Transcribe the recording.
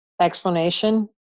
explanation